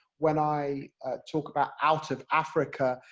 when i talk about out of africa,